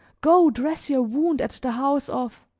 go dress your wound at the house of